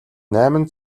найман